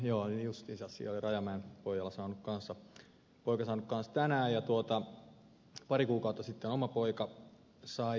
rajamäen poika oli saanut kanssa tänään ja pari kuukautta sitten oma poika sai